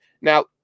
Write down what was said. Now